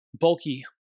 bulky